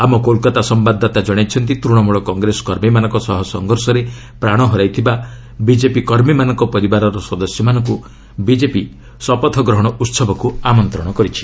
ଆମ କୋଲ୍କାତା ସମ୍ଭାଦଦାତା କଣାଇଛନ୍ତି ତୂଶମୂଳ କଂଗ୍ରେସ କର୍ମୀମାନଙ୍କ ସହ ସଂଘର୍ଷରେ ପ୍ରାଣ ହରାଇଥିବା ବିଜେପି କର୍ମୀମାନଙ୍କ ପରିବାରର ସଦସ୍ୟମାନଙ୍କୁ ବିଜେପି ଶପଥ ଗ୍ରହଣ ଉତ୍ସବକୁ ଆମନ୍ତ୍ରଣ କରିଛି